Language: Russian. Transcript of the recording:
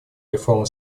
реформа